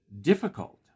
difficult